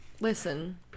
Listen